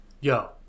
yo